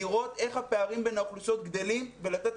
לראות איך הפערים בין האוכלוסיות קטנים ולתת